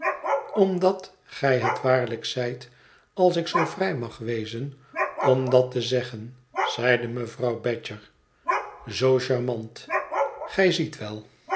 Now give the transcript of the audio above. omdat gij dat waarlijk zijt als ik zoo vrij mag wezen om dat te zeggen zeide mevrouw badger zoo charmant gij ziet wel